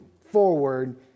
forward